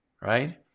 right